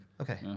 Okay